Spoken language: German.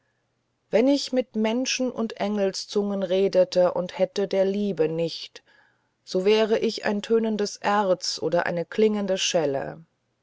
wenn ich mit menschen und engelszungen redete und hätte der liebe nicht so wäre ich ein tönendes erz oder eine klingende schelle